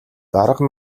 дарга